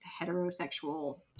heterosexual